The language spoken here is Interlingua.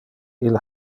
ille